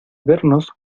vernos